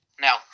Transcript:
Now